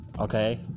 Okay